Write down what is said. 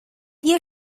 you